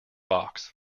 box